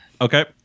Okay